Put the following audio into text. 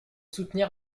soutenir